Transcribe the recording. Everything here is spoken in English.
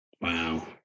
Wow